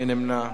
מי נמנע?